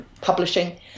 publishing